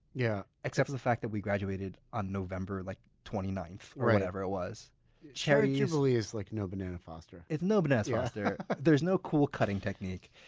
yeah except for the fact that we graduated on november like twenty ninth, or whatever it was cherry jubilee is like no banana foster it's no bananas foster. there's no cool cutting technique.